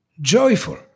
joyful